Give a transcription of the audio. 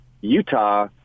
Utah